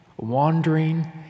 wandering